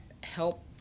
help